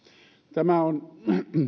tämä on